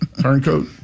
Turncoat